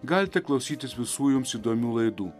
galite klausytis visų jums įdomių laidų